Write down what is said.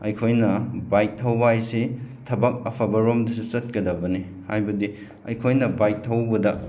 ꯑꯩꯈꯣꯏꯅ ꯕꯥꯏꯛ ꯊꯧꯕ ꯍꯥꯏꯁꯤ ꯊꯕꯛ ꯑꯐꯕꯂꯣꯝꯗꯁꯨ ꯆꯠꯀꯗꯕꯅꯤ ꯍꯥꯏꯕꯗꯤ ꯑꯩꯈꯣꯏꯅ ꯕꯥꯏꯛ ꯊꯧꯕꯗ